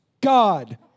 God